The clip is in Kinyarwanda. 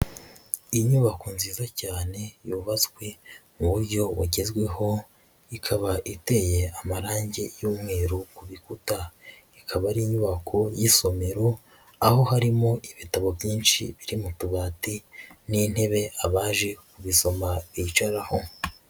Inyubako nziza cyane yubatswe mu buryo wagezweho, ikaba iteye amarangi y'umweru ku bikuta, ikaba ari inyubako y'isomero aho harimo ibitabo byinshi biri mu tubati n'intebe abaje kubisoma bicaraho.